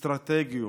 לא חייבים.